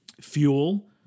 Fuel